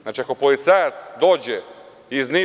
Znači, ako policajac dođe iz